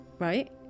Right